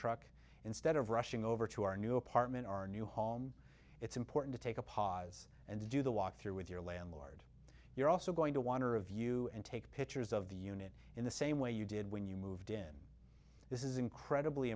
truck instead of rushing over to our new apartment our new home it's important to take a pause and to do the walk through with your landlord you're also going to wander of you and take pictures of the unit in the same way you did when you moved in this is incredibly